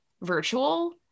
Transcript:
virtual